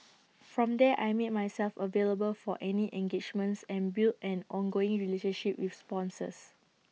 from there I made myself available for any engagements and built an ongoing relationship with sponsors